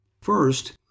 First